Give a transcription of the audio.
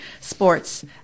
sports